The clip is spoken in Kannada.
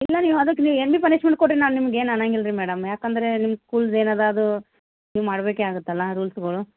ಇಲ್ಲ ನೀವು ಅದಕ್ಕೆ ನೀವು ಏನ್ರಿ ಪನಿಷ್ಮೆಂಟ್ ಕೊಡ್ರಿ ನಾವು ನಿಮ್ಗ ಏನು ಅನ್ನಂಗಿಲ್ಲ ರೀ ಮೇಡಮ್ ಯಾಕಂದರೆ ನಿಮ್ದು ಸ್ಕೂಲ್ದ್ ಏನದ ಅದು ನೀವು ಮಾಡ್ಬೇಕೆ ಆಗತ್ತಲ್ಲ ರೂಲ್ಸ್ಗಳು